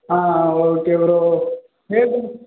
ஆ ஆ okay bro நேற்று